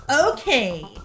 okay